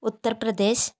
Uttar Pradesh